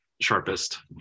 sharpest